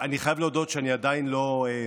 אני חייב להודות שאני עדיין לא,